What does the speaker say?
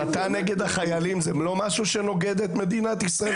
הסתה נגד החיילים זה לא משהו שנוגד את מדינת ישראל,